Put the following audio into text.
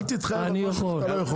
אל תתחייב על משהו שאתה לא יכול.